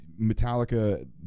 metallica